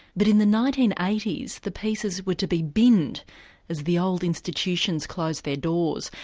but in the nineteen eighty s the pieces were to be binned as the old institutions closed their doors.